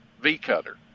V-cutter